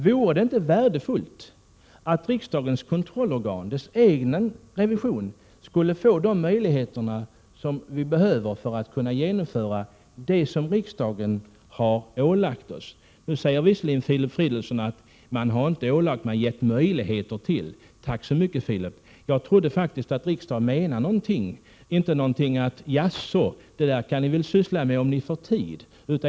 Vore det inte värdefullt om riksdagens kontrollorgan, dess egen revision, finge de möjligheter som det behöver för att genomföra det uppdrag som riksdagen har ålagt riksdagens revisorer? Nu säger visserligen Filip Fridolfssson att man inte ålagt något utan gett möjligheter. Tack så mycket, Filip Fridolfsson! Jag trodde faktiskt att riksdagen menade allvar, inte något i stil med att det där kan ni väl syssla med om ni får tid.